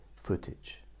footage